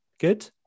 good